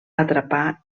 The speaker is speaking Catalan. atrapar